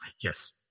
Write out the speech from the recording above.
Yes